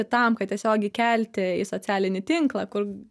tam kad tiesiogiai įkelti į socialinį tinklą kur